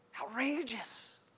Outrageous